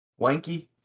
wanky